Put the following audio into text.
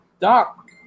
Doc